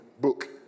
book